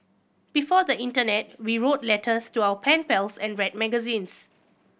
before the internet we wrote letters to our pen pals and read magazines